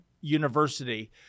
University